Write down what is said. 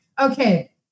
Okay